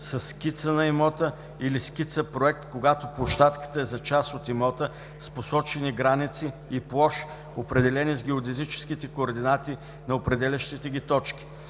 скица на имота или скица-проект, когато площадката е за част от имота, с посочени граници и площ, определени с геодезическите координати на определящите ги точки“.